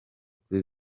kuri